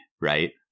right